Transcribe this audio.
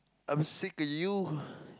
I'm sick of you